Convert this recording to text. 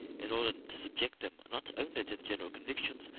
in order to subject them, not only to the general convictions,